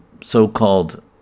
so-called